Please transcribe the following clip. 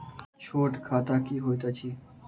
छोट खाता की होइत अछि